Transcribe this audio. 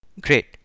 great